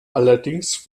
allerdings